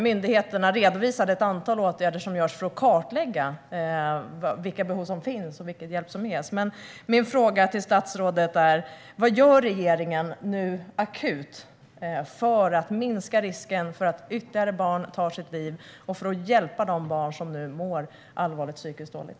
Myndigheterna redovisade ett antal åtgärder som vidtas för att kartlägga vilka behov som finns och vilken hjälp som ges. Min fråga till statsrådet är: Vad gör regeringen nu, akut, för att minska risken för att ytterligare barn ska ta sina liv och för att hjälpa de barn som mår allvarligt psykiskt dåligt?